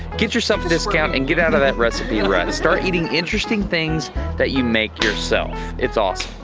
get yourself a discount, and get out of that recipe and rut. and start eating interesting things that you make yourself. it's awesome.